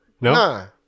no